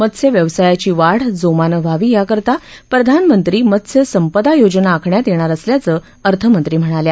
मत्स्य व्यवसायाची वाढ जोमानं व्हावी याकरता प्रधानमंत्री मत्स्य संपदा योजना आखण्यात येणार असल्याचं अर्थमंत्री म्हणाल्या